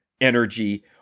energy